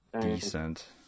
decent